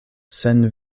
sen